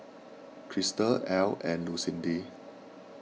Christel ell and Lucindy